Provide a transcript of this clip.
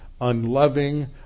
unloving